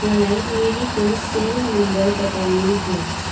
मलाई मेरीको cell number बताउनुहोस्